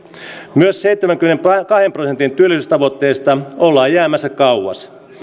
myös seitsemänkymmenenkahden prosentin työllisyystavoitteesta ollaan jäämässä kauas